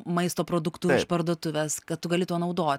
maisto produktų iš parduotuvės kad tu gali tuo naudo